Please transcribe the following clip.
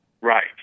right